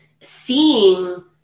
seeing